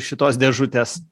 šitos dėžutės